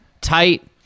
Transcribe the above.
tight